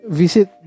visit